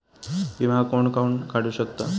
विमा कोण कोण काढू शकता?